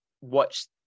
watch